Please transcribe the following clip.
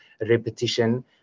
repetition